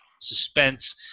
suspense